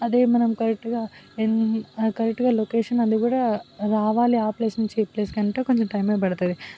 అదే మనం కరెక్ట్గా ఏం కరెక్ట్గా లొకేషన్ అది కూడా రావాలి ఆ ప్లేస్ నుంచి ఈ ప్లేస్కి అంటే కొంచెం టైం పడుతుంది